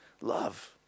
love